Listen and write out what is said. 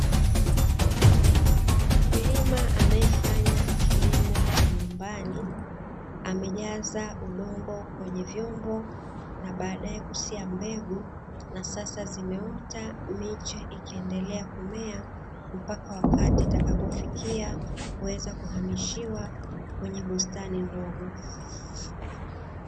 Mkulima anaxyefanya kilimo cha nyumbani, amejaza udongo kwenye vyombo na baadaye kusia mbegu na sasa zimeota, miche ikiendelea kumea mpaka wakati utakapofikia kuweza kuhamishiwa kwenye bustani ndogo.